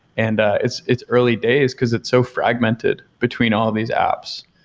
and it's it's early days, because it's so fragmented between all these apps.